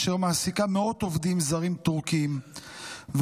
אשר מעסיקה מאות עובדים זרים טורקים ועובדת